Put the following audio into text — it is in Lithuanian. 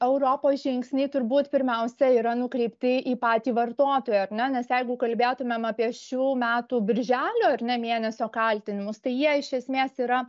europos žingsniai turbūt pirmiausia yra nukreipti į patį vartotoją ar ne nes jeigu kalbėtumėm apie šių metų birželio ar ne mėnesio kaltinimus tai jie iš esmės yra